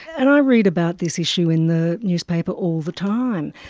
and i read about this issue in the newspaper all the time.